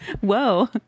Whoa